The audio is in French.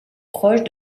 proche